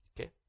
Okay